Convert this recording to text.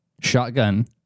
shotgun